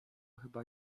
chyba